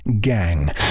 Gang